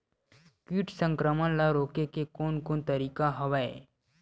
कीट संक्रमण ल रोके के कोन कोन तरीका हवय?